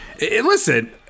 Listen